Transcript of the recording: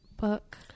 book